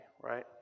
right